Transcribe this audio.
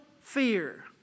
fear